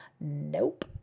Nope